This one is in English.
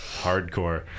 hardcore